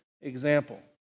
example